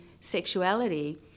sexuality